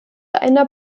einer